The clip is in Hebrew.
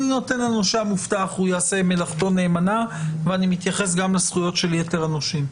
שהנושה המובטח יעשה מלאכתו נאמנה והוא מתייחס גם לזכויות של יתר הנושים,